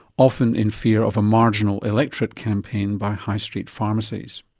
often in fear of a marginal electorate campaign by high street pharmacies.